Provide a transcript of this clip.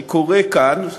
אני קורא כאן,